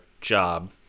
job